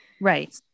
Right